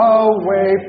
away